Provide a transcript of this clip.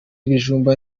ibijumba